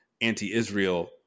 anti-Israel